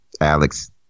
Alex